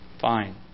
fine